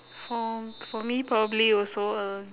for for me probably also a